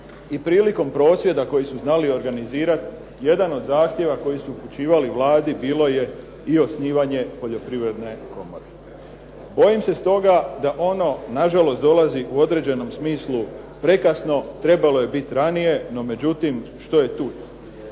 i prilikom prosvjeda koji su znali organizirati jedan od zahtijeva koji su upućivali Vladi bilo je i osnivanje Poljoprivredne komore. Bojim se stoga da ono na žalost dolazi u određenom smislu prekasno. Trebalo je biti ranije, no međutim što je tu.